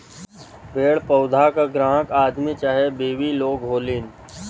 पेड़ पउधा क ग्राहक आदमी चाहे बिवी लोग होलीन